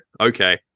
Okay